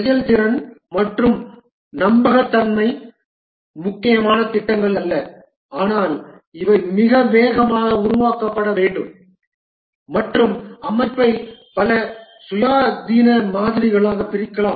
செயல்திறன் மற்றும் நம்பகத்தன்மை முக்கியமான திட்டங்கள் அல்ல ஆனால் இவை மிக வேகமாக உருவாக்கப்பட வேண்டும் மற்றும் அமைப்பை பல சுயாதீன மாதிரிகளாக பிரிக்கலாம்